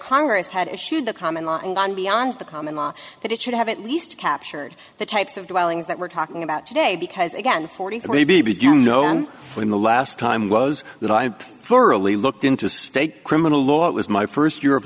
congress had issued the common law and gone beyond the common law that it should have at least captured the types of dwellings that we're talking about today because again forty three b b gun no one in the last time was that i surely looked into state criminal law it was my first year of